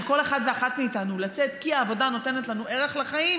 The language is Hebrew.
כל אחד ואחת מאיתנו לצאת כי העבודה נותנת לנו ערך לחיים,